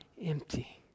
empty